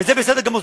וזה בסדר גמור,